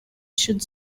should